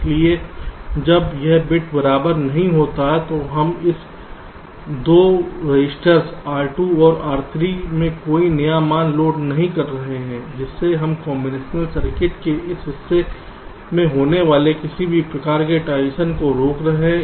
इसलिए जब यह बिट बराबर नहीं होता है तो हम इन 2 रेसिस्टर्स R2 और R3 में कोई नया मान लोड नहीं कर रहे हैं जिससे हम कॉम्बिनेशन सर्किट के इस हिस्से में होने वाले किसी भी प्रकार के ट्रांजीशन को रोक रहे हैं